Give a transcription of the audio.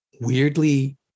weirdly